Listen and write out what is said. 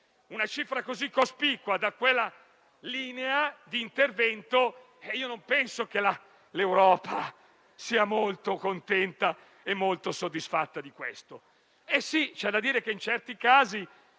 una cifra così cospicua da quella linea di intervento, non penso che l'Europa sia molto contenta e molto soddisfatta di questo. C'è da dire che, in certi casi,